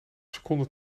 seconden